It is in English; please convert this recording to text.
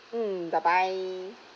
mm bye bye